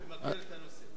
אדוני היושב-ראש,